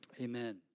Amen